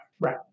right